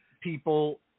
people